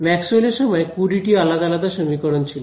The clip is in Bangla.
ম্যাক্সওয়েল এর সময় কুড়িটি আলাদা আলাদা সমীকরণ ছিল